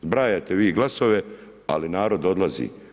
Zbrajate glasove ali narod odlazi.